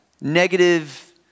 negative